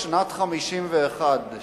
בשנת 1951,